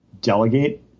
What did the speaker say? delegate